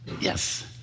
Yes